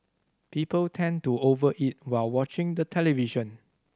people tend to over eat while watching the television